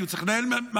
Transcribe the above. כי הוא צריך לנהל ממלכה.